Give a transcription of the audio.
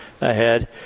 ahead